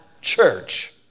church